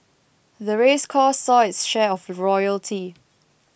the race course saw its share of royalty